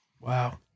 Wow